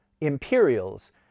Imperials